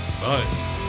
Bye